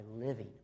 living